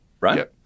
right